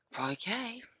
Okay